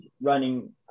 running